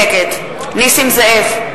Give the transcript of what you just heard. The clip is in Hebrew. נגד נסים זאב,